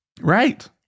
Right